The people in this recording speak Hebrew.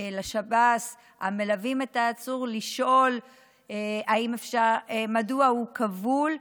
לשב"ס, המלווים את העצור, לשאול מדוע הוא כבול.